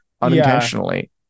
unintentionally